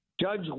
Judge